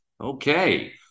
Okay